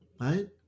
Right